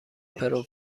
پرو